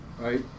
right